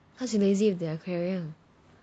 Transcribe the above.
cause you lazy with their aquarium